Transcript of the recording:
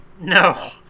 no